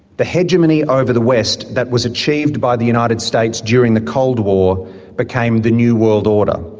the hegemony over the west that was achieved by the united states during the cold war became the new world order.